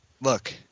Look